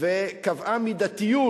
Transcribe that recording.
וקבעה מידתיות,